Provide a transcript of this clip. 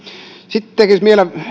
sitten tekisi mieli